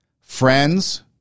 friends